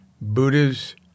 Buddhas